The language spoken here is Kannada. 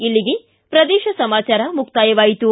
ಇಲ್ಲಿಗೆ ಪ್ರದೇಶ ಸಮಾಚಾರ ಮುಕ್ತಾಯವಾಯಿತು